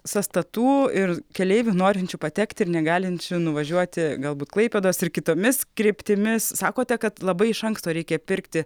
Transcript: sąstatų ir keleivių norinčių patekti ir negalinčių nuvažiuoti galbūt klaipėdos ir kitomis kryptimis sakote kad labai iš anksto reikia pirkti